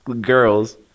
girls